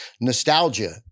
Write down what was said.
nostalgia